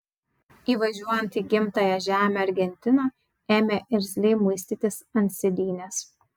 įvažiuojant į gimtąją žemę argentina ėmė irzliai muistytis ant sėdynės